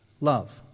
love